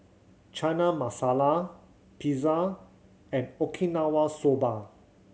Chana Masala Pizza and Okinawa Soba